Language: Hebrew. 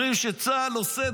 אומרים שצה"ל עושה,